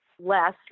less